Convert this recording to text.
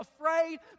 afraid